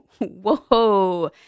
Whoa